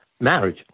marriage